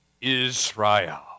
Israel